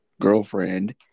girlfriend